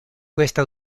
questa